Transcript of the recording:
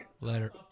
Later